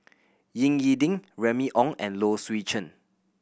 Ying E Ding Remy Ong and Low Swee Chen